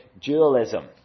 dualism